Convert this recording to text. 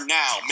now